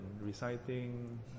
reciting